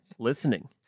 listening